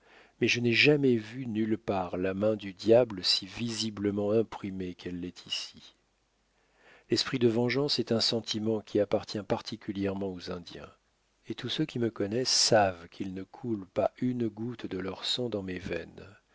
mais je n'ai jamais vu nulle part la main du diable si visiblement imprimée qu'elle l'est ici l'esprit de vengeance est un sentiment qui appartient particulièrement aux indiens et tous ceux qui me connaissent savent qu'il ne coule pas une goutte de leur sang dans mes veines